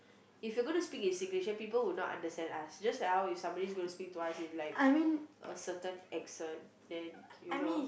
if you going to speak in Singlish then people will not understand us just like somebody is going to speak to us in like a certain accent then you know